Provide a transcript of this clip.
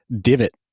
divot